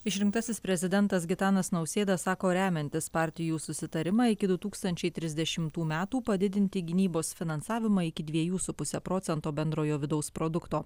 išrinktasis prezidentas gitanas nausėda sako remiantis partijų susitarimą iki du tūkstančiai trisdešimtų metų padidinti gynybos finansavimą iki dviejų su puse procento bendrojo vidaus produkto